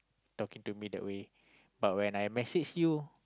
talking to me that way but when I message you